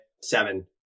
seven